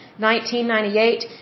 1998